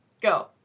go